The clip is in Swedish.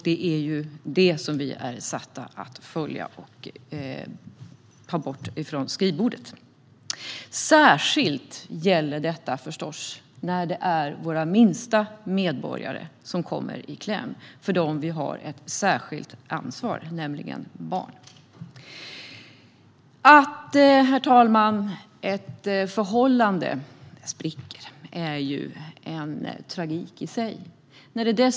Detta är vi satta att granska och så att säga ta bort från skrivbordet. Det här gäller särskilt när det handlar om att våra minsta medborgare, barnen, kommer i kläm. För dem har vi ett särskilt ansvar. Att ett förhållande spricker är en tragik i sig, herr talman.